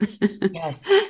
Yes